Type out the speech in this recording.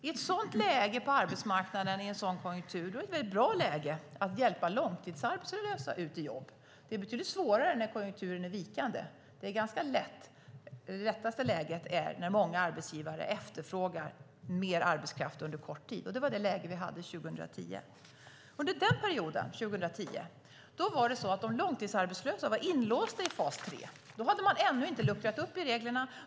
I ett sådant läge på arbetsmarknaden och i en sådan konjunktur är det ett väldigt bra läge att hjälpa långtidsarbetslösa ut i jobb. Det är betydligt svårare när konjunkturen är vikande. Det lättaste läget är när många arbetsgivare efterfrågar mer arbetskraft under kort tid, och det var det läge vi hade 2010. Under 2010 var de långtidsarbetslösa inlåsta i fas 3. Då hade man ännu inte luckrat upp reglerna.